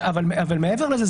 אבל מעבר לזה,